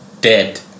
dead